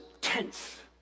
tense